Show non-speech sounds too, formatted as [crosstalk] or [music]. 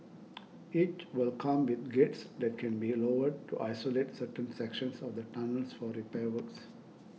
[noise] each will come with gates that can be lowered to isolate certain sections of the tunnels for repair works